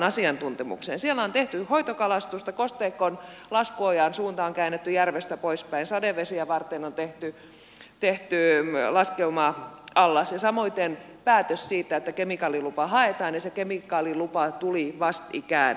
siellä on tehty hoitokalastusta kosteikon laskuojan suunta on käännetty järvestä poispäin sadevesiä varten on tehty laskeuma allas ja samoiten päätös siitä että kemikaalilupa haetaan ja se kemikaalilupa tuli vastikään